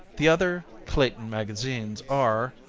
the other clayton magazines are